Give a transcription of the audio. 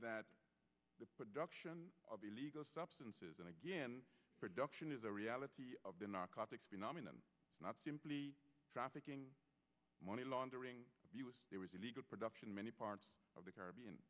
at the production of illegal substances and again production is a reality of the narcotics be dominant not simply trafficking money laundering it was illegal production many parts of the caribbean